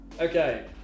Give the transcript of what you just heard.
okay